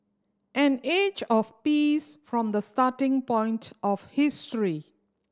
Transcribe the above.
an age of peace from the starting point of history